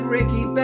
Ricky